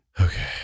okay